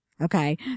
okay